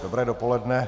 Dobré dopoledne.